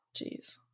Jeez